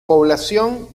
población